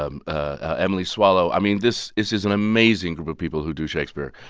um ah emily swallow. i mean, this it's just an amazing group of people who do shakespeare.